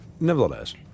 nevertheless